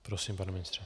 Prosím, pane ministře.